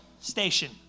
station